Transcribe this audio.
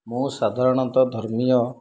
ମୁଁ ସାଧାରଣତଃ ଧର୍ମୀୟ